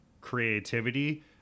creativity